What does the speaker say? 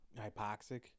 hypoxic